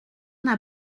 n’a